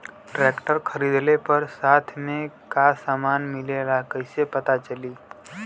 Tractor खरीदले पर साथ में का समान मिलेला कईसे पता चली?